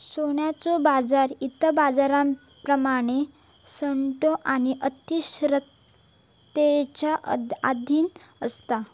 सोन्याचो बाजार इतर बाजारांप्रमाण सट्टो आणि अस्थिरतेच्या अधीन असा